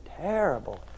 terrible